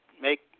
make